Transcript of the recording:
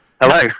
hello